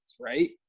right